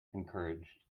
encouraged